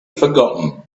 forgotten